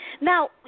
Now